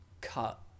cut